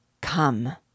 Come